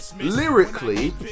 Lyrically